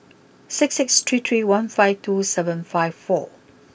six six three three one five two seven five four